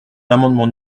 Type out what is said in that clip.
l’amendement